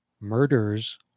Murders